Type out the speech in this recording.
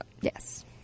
Yes